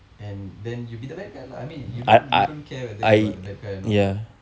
and then you be the bad guy lah I mean you don't you don't care whether you are the bad guy or not [what]